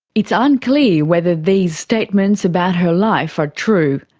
it's unclear whether these statements about her life are true.